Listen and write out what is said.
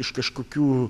iš kažkokių